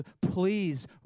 please